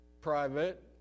private